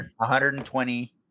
$120